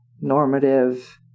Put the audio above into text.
normative